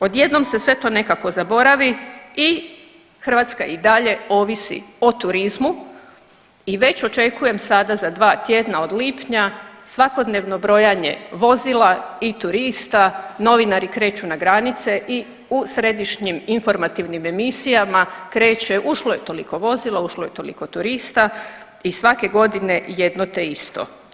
Odjednom se sve to nekako zaboravi i Hrvatska i dalje ovisi o turizmu i već očekujem sada za dva tjedna od lipnja svakodnevno brojanje vozila i turista, novinari kreću na granice i u središnjim informativnim emisijama kreće ušlo je toliko vozila, ušlo je toliko turista i svake godine jedno te isto.